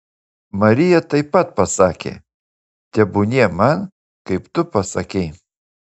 marija taip pat pasakė tebūnie man kaip tu pasakei